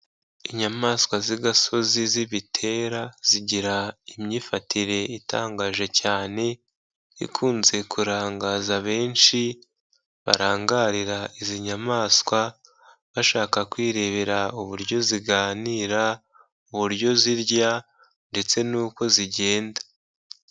Inyamaswa z'igasozi z'ibitera zigira imyifatire itangaje cyane ikunze kurangaza benshi barangarira izi nyamaswa bashaka kwirebera uburyo ziganira, uburyo zirya ndetse n'uko zigenda.